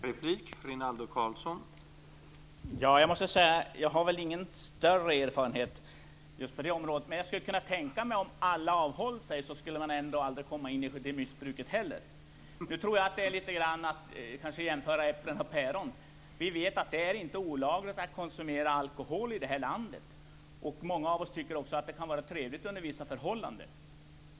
Herr talman! Jag måste säga att jag inte har någon större erfarenhet på just det området, men jag skulle kunna tänka mig att om alla avhöll sig skulle man aldrig komma in i det missbruket heller. Nu tror jag att det är litet grand att jämföra äpplen och päron. Vi vet att det inte är olagligt att konsumera alkohol i det här landet. Många av oss tycker också att det kan vara trevligt under vissa förhållanden.